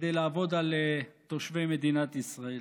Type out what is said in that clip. כדי לעבוד על תושבי מדינת ישראל.